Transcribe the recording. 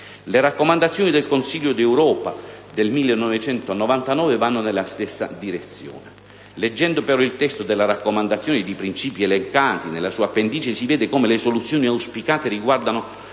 La raccomandazione del Consiglio d'Europa del 1999 va nella stessa direzione. Leggendo però il testo della raccomandazione e i principi elencati nella sua appendice si vede come le soluzione auspicate riguardano